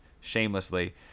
shamelessly